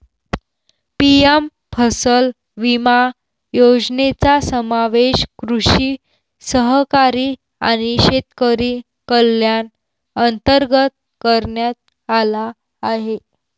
PM फसल विमा योजनेचा समावेश कृषी सहकारी आणि शेतकरी कल्याण अंतर्गत करण्यात आला आहे